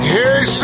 Hey